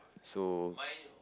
so